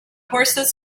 horses